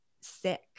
sick